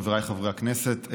חבריי חברי הכנסת,